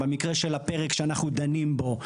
במקרה של הפרק שאנחנו דנים בו.